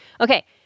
Okay